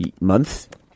month